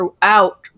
throughout